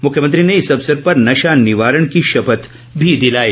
मुख्यमंत्री ने इस अवसर पर नशा निवारण की शपथ भी दिलाई